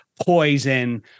Poison